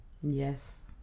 yes